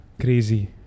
Crazy